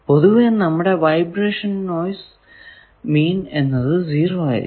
പൊതുവെ നമ്മുടെ vibration noise mean എന്നത് 0 ആയിരിക്കും